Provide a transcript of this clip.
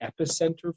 epicenter